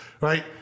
Right